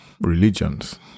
religions